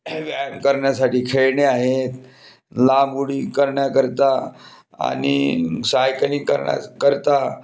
व्यायाम करण्यासाठी खेळणे आहेत लांब उडी करण्याकरता आणि सायकलिंग करण्याकरता